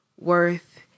worth